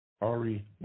Ari